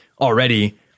already